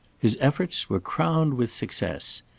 his efforts were crowned with success.